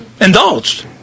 indulged